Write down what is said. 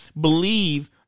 believe